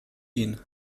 ihn